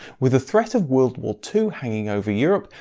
with the threat of world war two hanging over europe,